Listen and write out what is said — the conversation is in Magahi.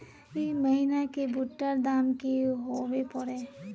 ई महीना की भुट्टा र दाम की होबे परे?